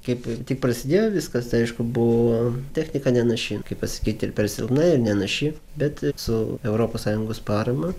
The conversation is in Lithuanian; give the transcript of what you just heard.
kaip tik prasidėjo viskas aišku buvo technika nenaši kaip pasakyti ir per silpna ir nenaši bet su europos sąjungos parama